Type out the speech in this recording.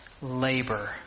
labor